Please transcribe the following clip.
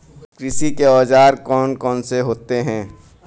कृषि के औजार कौन कौन से होते हैं?